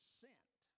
sent